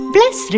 Bless